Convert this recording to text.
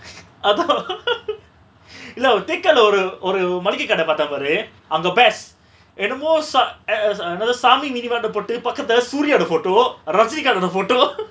அதா:atha இல்ல அவரு:illa avaru tekan lah ஒரு ஒரு மல்லிக கட பாதோ பாரு அங்க:oru oru mallika kada paatho paaru anga best என்னமோ:ennamo sa~ eh sa~ என்னது சாமி:ennathu saami meethimanu போட்டு பக்கத்துல:potu pakathula sooriya ட:da photo ரசிகன்ட அந்த:rasikanda antha photo